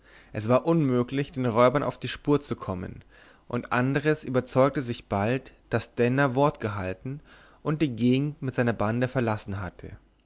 es war unmöglich den räubern auf die spur zu kommen und andres überzeugte sich bald daß denner wort gehalten und die gegend mit seiner bande verlassen hatte